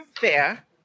fair